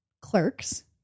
clerks